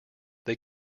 they